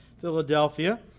Philadelphia